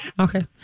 Okay